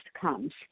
comes